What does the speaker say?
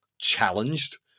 challenged